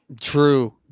True